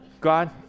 God